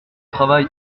travail